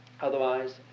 Otherwise